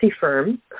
firm